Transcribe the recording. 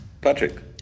Patrick